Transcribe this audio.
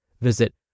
Visit